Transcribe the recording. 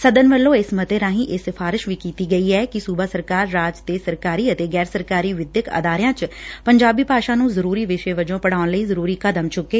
ਸਦਨ ਵੱਲੋਂ ਇਸ ਮਤੇ ਰਾਹੀਂ ਇਹ ਸਿਫ਼ਾਰਿਸ਼ ਵੀ ਕੀਤੀ ਗਈ ਐ ਕਿ ਰਾਜ ਸਰਕਾਰ ਰਾਜ ਦੇ ਸਰਕਾਰੀ ਅਤੇ ਗੈਰ ਸਰਕਾਰੀ ਵਿਦਿਅਕ ਅਦਾਰਿਆ ਚ ਪੰਜਾਬੀ ਭਾਸ਼ਾ ਨੂੰ ਜ਼ਰੁਰੀ ਵਿਸ਼ੇ ਵਜੋਂ ਪੜਾਉਣ ਲਈ ਜ਼ਰੁਰੀ ਕਦਮ ਚੁੱਕੇ